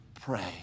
pray